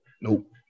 Nope